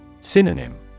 Synonym